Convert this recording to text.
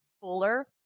fuller